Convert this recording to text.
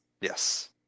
Yes